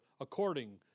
according